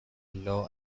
law